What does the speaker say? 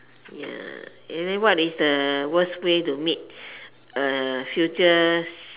ya and then what is the worst way to meet a future s~